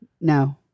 No